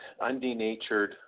undenatured